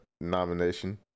Nomination